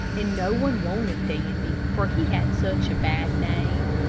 and no one wanted dandy, for he had such a bad name.